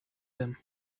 them